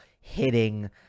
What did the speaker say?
hitting